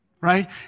right